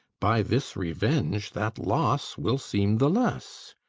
by this revenge that loss will seem the less.